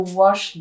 wash